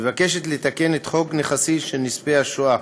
מבקשת לתקן את חוק נכסים של נספי השואה